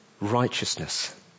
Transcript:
righteousness